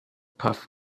puff